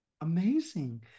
Amazing